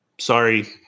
sorry